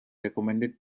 recommended